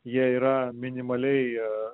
jie yra minimaliai